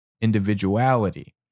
individuality